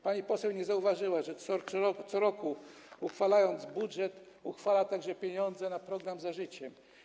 Pani poseł nie zauważyła, że co roku uchwalając budżet, przeznacza się także pieniądze na program „Za życiem”